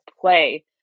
play